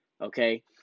okay